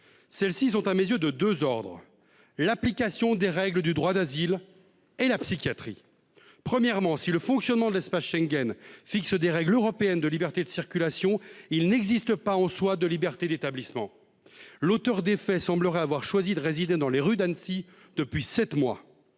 Celles-ci sont à mes yeux de 2 ordres, l'application des règles du droit d'asile et la psychiatrie. Premièrement, si le fonctionnement de l'espace Schengen fixe des règles européennes de liberté de circulation, il n'existe pas en soi de liberté d'établissement. L'auteur des faits semblerait avoir choisi de résider dans les rues d'Annecy. Depuis 7 mois.